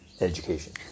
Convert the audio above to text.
education